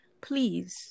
please